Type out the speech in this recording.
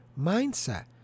mindset